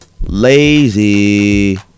Lazy